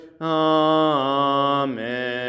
Amen